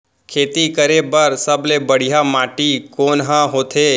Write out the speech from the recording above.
खेती करे बर सबले बढ़िया माटी कोन हा होथे?